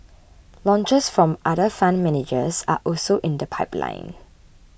launches from other fund managers are also in the pipeline